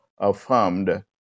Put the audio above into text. affirmed